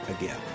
again